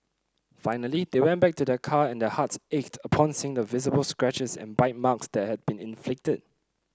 finally they went back to their car and their heart ached upon seeing the visible scratches and bite marks that had been inflicted